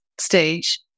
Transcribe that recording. stage